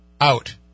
out